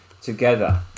together